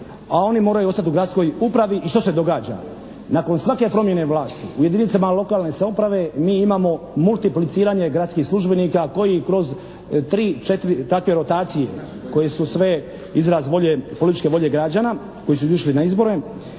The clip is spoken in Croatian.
a oni moraju ostati u gradskoj upravi i što se događa. Nakon svake promjene vlasti u jedinicama lokalne samouprave mi imamo multipliciranje gradskih službenika koji kroz tri-četiri takve rotacije koje su sve izraz političke volje građana koji su izišli na izbore,